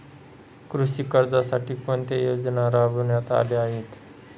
कृषी कर्जासाठी कोणत्या योजना राबविण्यात आल्या आहेत?